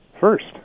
first